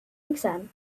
exam